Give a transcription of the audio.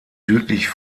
südlich